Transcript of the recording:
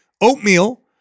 oatmeal